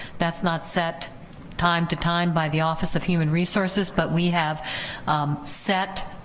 that's not set time to time by the office of human resources, but we have set